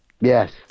Yes